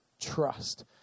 trust